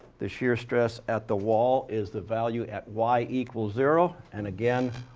the shear stress at the wall is the value at y equals zero, and again,